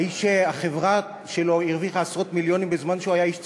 האיש שהחברה שלו הרוויחה עשרות מיליונים בזמן שהוא היה איש ציבור.